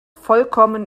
vollkommen